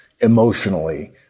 emotionally